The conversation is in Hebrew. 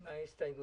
מה הן?